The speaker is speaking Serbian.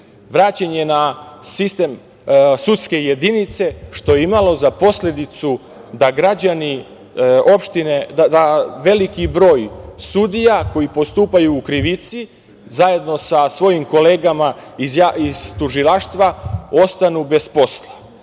vraćen je na sistem sudske jedinice, što je imalo za posledicu da veliki broj sudija koji postupaju u krivici zajedno sa svojim kolegama iz tužilaštva ostane bez posla.